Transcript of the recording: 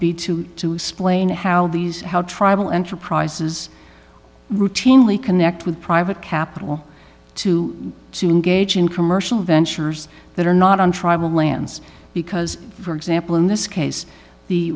be to to explain how these how tribal enterprises routinely connect with private capital to to engage in commercial ventures that are not on tribal lands because for example in this case the